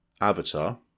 Avatar